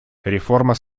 реформа